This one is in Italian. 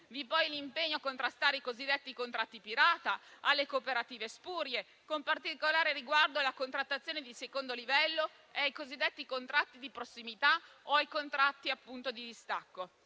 Vi è poi l'impegno a contrastare i cosiddetti contratti pirata da parte delle cooperative spurie, con particolare riguardo alla contrattazione di secondo livello e ai cosiddetti contratti di prossimità o ai contratti di distacco.